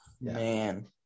Man